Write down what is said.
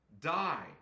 die